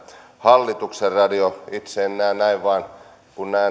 hallituksen radio itse en näe näin vaan kun